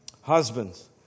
Husbands